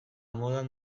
modan